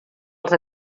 els